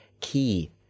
key